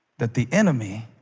that the enemy